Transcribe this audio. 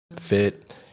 fit